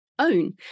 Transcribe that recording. Own